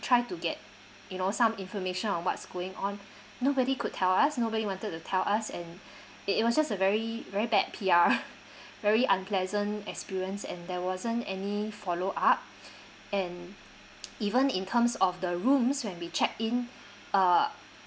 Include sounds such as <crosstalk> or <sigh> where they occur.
try to get you know some information on what's going on <breath> nobody could tell us nobody wanted to tell us and <breath> it it was just a very very bad P_R <noise> very unpleasant experience and there wasn't any follow up <breath> and even in terms of the rooms when we check in <breath> uh